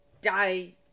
die